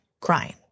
crying